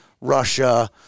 Russia